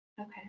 Okay